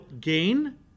gain